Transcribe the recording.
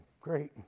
great